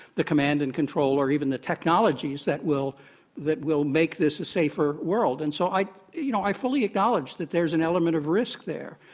the command and control or even the technologies that will that will make this a safer world. and so i you know i fully acknowledge that there's an element of risk there.